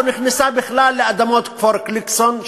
לא נכנסה בכלל לאדמות כפר-גליקסון,